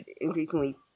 increasingly